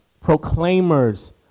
Proclaimers